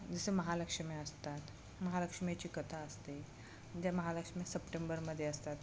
जसे महालक्ष्म्या असतात महालक्ष्मीची कथा असते ज्या महालक्ष्मी सप्टेंबरमध्ये असतात